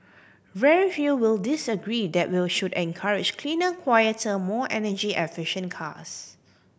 very few will disagree that will should encourage cleaner quieter more energy efficient cars